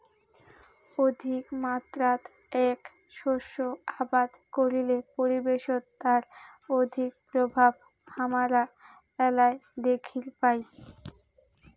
অধিকমাত্রাত এ্যাক শস্য আবাদ করিলে পরিবেশত তার অধিক প্রভাব হামরা এ্যালায় দ্যাখির পাই